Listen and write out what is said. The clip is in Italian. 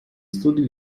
studi